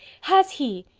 has he,